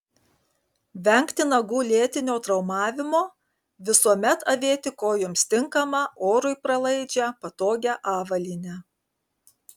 vengti nagų lėtinio traumavimo visuomet avėti kojoms tinkamą orui pralaidžią patogią avalynę